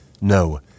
no